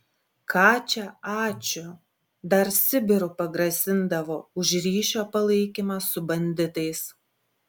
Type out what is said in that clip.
ką čia ačiū dar sibiru pagrasindavo už ryšio palaikymą su banditais